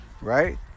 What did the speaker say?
right